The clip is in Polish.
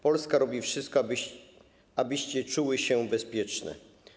Polska robi wszystko, abyście czuły się bezpieczne.